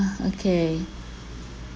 okay